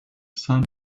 sun